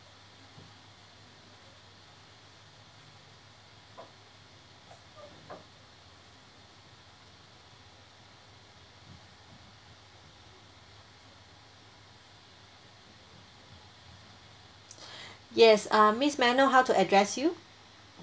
yes uh miss may I know how to address you